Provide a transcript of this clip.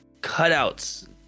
cutouts